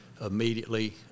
immediately